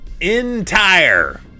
entire